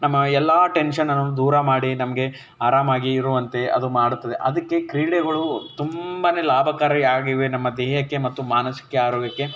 ನಮ್ಮ ಎಲ್ಲ ಟೆನ್ಷನನ್ನು ದೂರ ಮಾಡಿ ನಮಗೆ ಆರಾಮಾಗಿ ಇರುವಂತೆ ಅದು ಮಾಡುತ್ತದೆ ಅದಕ್ಕೆ ಕ್ರೀಡೆಗಳು ತುಂಬಾ ಲಾಭಕಾರಿ ಆಗಿವೆ ನಮ್ಮ ದೇಹಕ್ಕೆ ಮತ್ತು ಮಾನಸಿಕ ಆರೋಗ್ಯಕ್ಕೆ